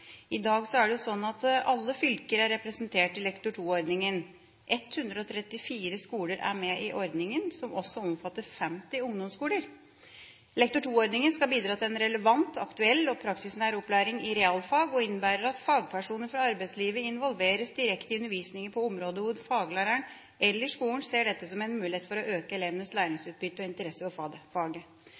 I dag er det sånn at alle fylker er representert i Lektor 2-ordningen. 134 skoler er med i ordningen, som også omfatter 50 ungdomsskoler. Lektor 2-ordningen skal bidra til en relevant, aktuell og praksisnær opplæring i realfag og innebærer at fagpersoner fra arbeidslivet involveres direkte i undervisningen på områder hvor faglæreren eller skolen ser dette som en mulighet for å øke elevenes læringsutbytte og interesse for faget.